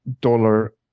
dollar